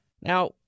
Now